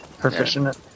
proficient